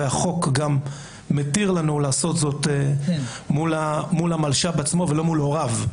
וגם החוק מתיר לנו לעשות זאת מול המלש"ב עצמו ולא מול הוריו.